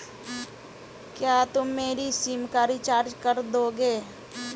क्या तुम मेरी सिम का रिचार्ज कर दोगे?